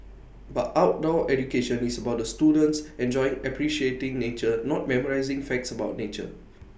but outdoor education is about the students enjoying appreciating nature not memorising facts about nature